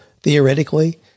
theoretically